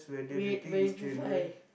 wait